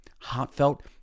heartfelt